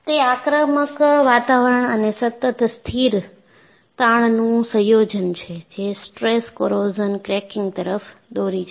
તે આક્રમક વાતાવરણ અને સતત સ્થિર તાણનું સંયોજન છે જે સ્ટ્રેસ કોરોઝન ક્રેકીંગ તરફ દોરી જાય છે